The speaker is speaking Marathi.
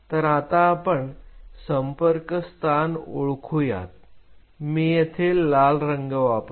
तर आता आपण संपर्क स्थान ओळखू यात मी येथे लाल रंग वापरतो